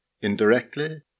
indirectly